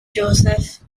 joseph